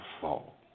fall